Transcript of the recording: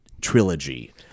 trilogy